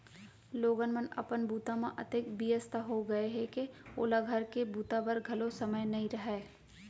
लोगन मन अपन बूता म अतेक बियस्त हो गय हें के ओला घर के बूता बर घलौ समे नइ रहय